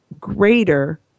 greater